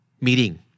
meeting